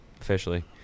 Officially